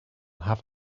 have